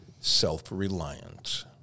self-reliant